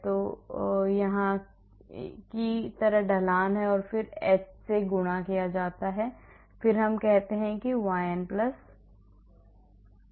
फिर वह यहाँ की तरह ढलान है और फिर h से गुणा किया जाता है और फिर हम कहते हैं कि yn 1 है